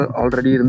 already